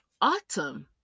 autumn